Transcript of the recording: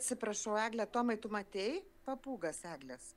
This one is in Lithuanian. atsiprašau egle tomai tu matei papūgas eglės